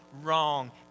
wrong